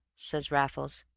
says raffles.